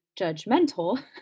judgmental